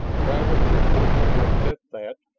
travis was forced to accept that,